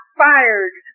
fired